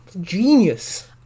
Genius